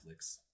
Netflix